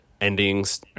endings